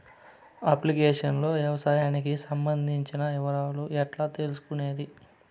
Application లో వ్యవసాయానికి సంబంధించిన వివరాలు ఎట్లా తెలుసుకొనేది?